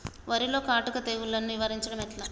వరిలో కాటుక తెగుళ్లను నివారించడం ఎట్లా?